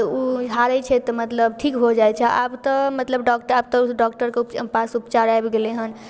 तऽ उ झाड़ै छै तऽ मतलब ठीक हो जाइ छै आब तऽ मतलब डॉक्टर आब तऽ डॉक्टरके पास उपचार आबि गेलै हन